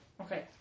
Okay